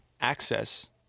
access